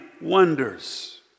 wonders